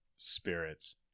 spirits